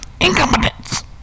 incompetence